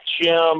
Jim